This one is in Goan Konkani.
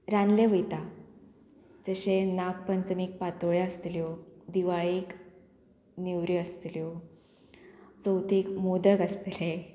रांदले वयता जशें नागपंचमीक पातोळ्यो आसतल्यो दिवाळीक नेवऱ्यो आसतल्यो चवथीक मोदक आसतले